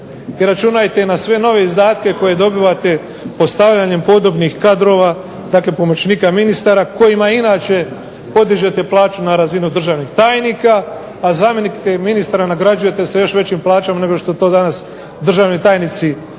računajte i na sve nove izdatke koje dobivate postavljanjem podobnih kadrova, dakle pomoćnika ministara, kojima inače podižete plaću na razinu državnih tajnika, a zamjenike ministara nagrađujete s još većim plaćama nego što to danas državni tajnici imaju.